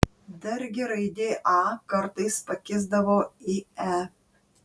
dargi raidė a kartais pakisdavo į e